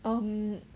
um